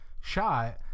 shot